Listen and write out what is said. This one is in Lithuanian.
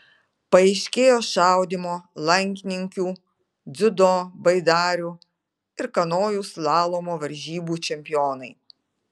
paaiškėjo šaudymo lankininkių dziudo baidarių ir kanojų slalomo varžybų čempionai